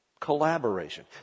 Collaboration